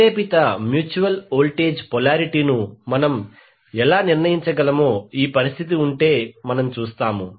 ప్రేరేపిత mutual voltage polarity ను మనం ఎలా నిర్ణయించగలమో ఈ పరిస్థితి ఉంటే మనం చూస్తాము